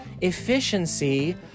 efficiency